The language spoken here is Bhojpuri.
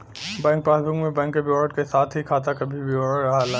बैंक पासबुक में बैंक क विवरण क साथ ही खाता क भी विवरण रहला